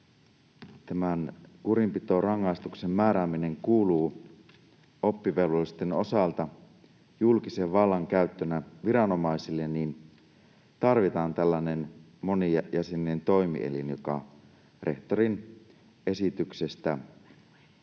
tämän kurinpitorangaistuksen määrääminen kuuluu oppivelvollisten osalta julkisen vallan käyttönä viranomaisille, niin tarvitaan tällainen monijäseninen toimielin, joka rehtorin esityksestä päättää